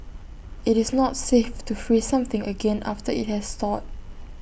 IT is not safe to freeze something again after IT has thawed